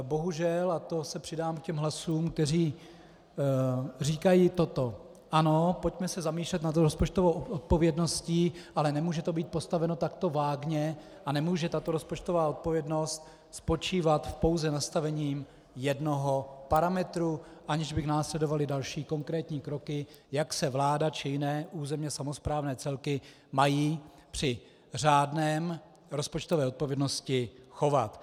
Bohužel, a to se přidám k těm hlasům, které říkají toto: Ano, pojďme se zamýšlet nad rozpočtovou odpovědností, ale nemůže to být postaveno takto vágně a nemůže tato rozpočtová odpovědnost spočívat pouze v nastavení jednoho parametru, aniž by následovaly další konkrétní kroky, jak se vláda či jiné územně samosprávné celky mají při řádné rozpočtové odpovědnosti chovat.